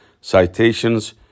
citations